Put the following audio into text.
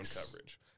coverage